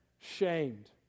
shamed